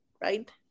right